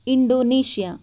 Indonesia